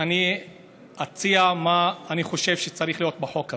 אני אציע מה אני חושב שצריך להיות בחוק הזה.